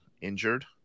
injured